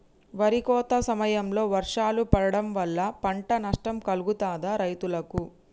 వరి కోత సమయంలో వర్షాలు పడటం వల్ల పంట నష్టం కలుగుతదా రైతులకు?